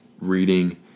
reading